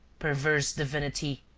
perverse divinity,